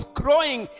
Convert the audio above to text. growing